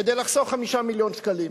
כדי לחסוך 5 מיליון שקלים.